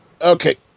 Okay